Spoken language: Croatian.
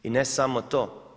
I ne samo to.